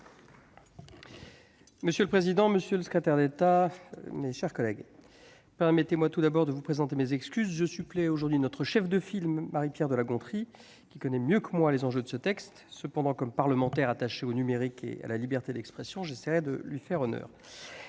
Monsieur le président, monsieur le secrétaire d'État, mes chers collègues, permettez-moi tout d'abord de vous présenter des excuses : je supplée aujourd'hui Marie-Pierre de la Gontrie, qui connaît mieux que moi les enjeux de ce texte. Cependant, comme parlementaire attaché au numérique et à la liberté d'expression, j'essaierai de lui faire honneur